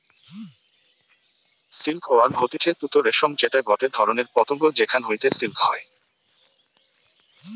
silk worm হতিছে তুত রেশম যেটা গটে ধরণের পতঙ্গ যেখান হইতে সিল্ক হয়